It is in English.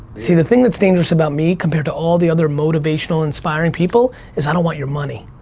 see the thing that's dangerous about me compared to all the other motivational inspiring people is i don't want your money